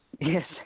Yes